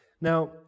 Now